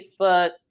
Facebook